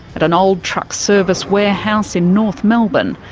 at an old truck service warehouse in north melbourne,